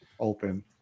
open